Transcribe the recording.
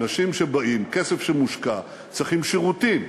אנשים שבאים, כסף שמושקע, צריכים שירותים,